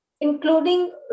including